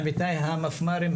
עמיתיי המפמ"רים,